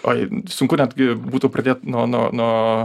oi sunku netgi būtų pradėt nuo nuo nuo